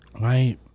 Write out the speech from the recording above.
Right